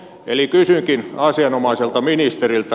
eli kysynkin asianomaiselta ministeriltä